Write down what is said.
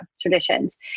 traditions